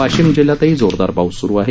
वाशिम जिल्ह्यातही जोरदार पाऊस स्रु आहे